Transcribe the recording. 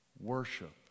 worship